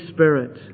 Spirit